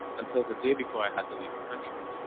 until the day before i had to leave the country.